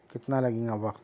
کتنا لگیں گا وقت